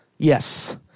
Yes